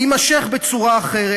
יימשך בצורה אחרת.